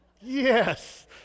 yes